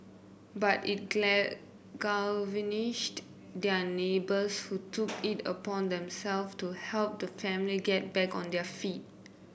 but it their neighbours who took it upon themself to help the family get back on their feet